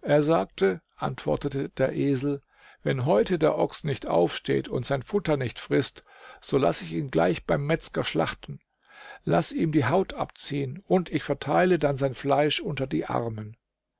er sagte antwortete der esel wenn heute der ochs nicht aufsteht und sein futter nicht frißt so laß ich ihn gleich beim metzger schlachten laß ihm die haut abziehen und ich verteile dann sein fleisch unter die armen